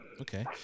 Okay